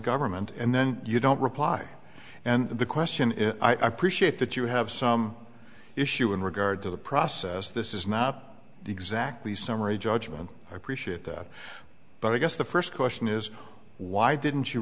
government and then you don't reply and the question is i appreciate that you have some issue in regard to the process this is not exactly summary judgment appreciate that but i guess the first question is why didn't you